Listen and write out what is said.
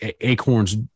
Acorns